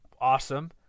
Awesome